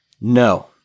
No